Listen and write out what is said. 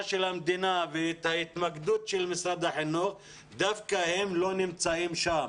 של המדינה ואת ההתמקדות של משרד החינוך לא נמצא שם.